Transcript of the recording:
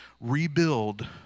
rebuild